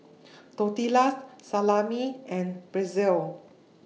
Tortillas Salami and Pretzel